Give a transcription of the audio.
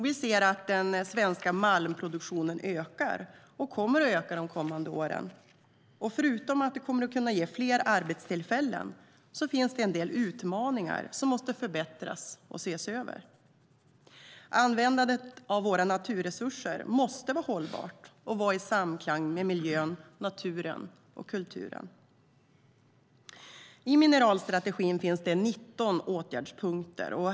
Vi ser att den svenska malmproduktionen ökar, och den kommer att öka de kommande åren. Förutom att det här kommer att kunna ge fler arbetstillfällen finns det en del utmaningar. Det finns saker som måste förbättras och ses över. Användandet av våra naturresurser måste vara hållbart och stå i samklang med miljön, naturen och kulturen. I mineralstrategin finns det 19 åtgärdspunkter.